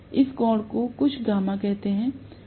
इस कोण को कुछ γ कहते हैं